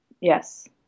Yes